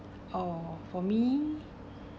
or for me